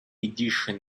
edition